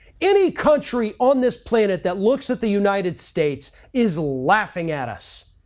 any country on this planet that looks at the united states is laughing at us,